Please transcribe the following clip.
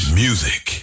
music